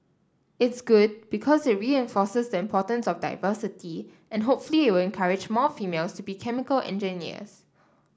it's good because it reinforces the importance of diversity and hopefully it will encourage more females to be chemical engineers